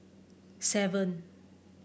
seven